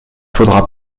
faudra